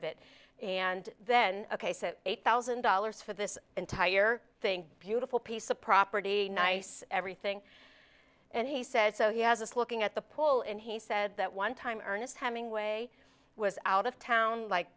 of it and then ok so eight thousand dollars for this entire thing beautiful piece of property nice everything and he said so he has us looking at the pull and he said that one time ernest hemingway was out of town like